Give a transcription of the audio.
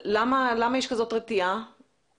למה יש רתיעה כל כך גדולה?